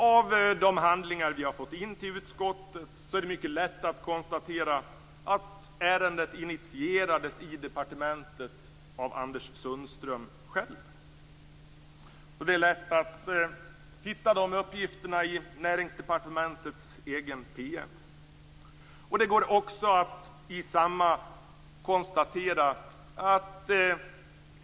Av de handlingar som vi fått in till utskottet är det mycket lätt att konstatera att ärendet initierades i departementet av Anders Sundström själv. Det är lätt att hitta dessa uppgifter i Näringsdepartementets egen PM.